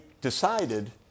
decided